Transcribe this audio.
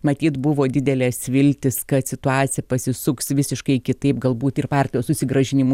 matyt buvo didelės viltys kad situacija pasisuks visiškai kitaip galbūt ir partijos susigrąžinimu